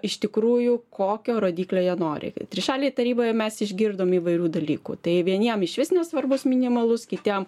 iš tikrųjų kokio rodiklio jie nori trišalėj taryboje mes išgirdom įvairių dalykų tai vieniem išvis nesvarbus minimalus kitiem